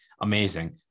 Amazing